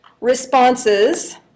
responses